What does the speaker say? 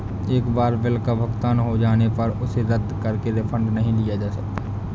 एक बार बिल का भुगतान हो जाने पर उसे रद्द करके रिफंड नहीं लिया जा सकता